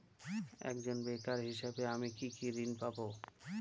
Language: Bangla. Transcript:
একজন বেকার হিসেবে আমি কি কি ঋণ পাব?